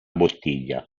bottiglia